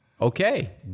Okay